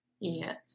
Yes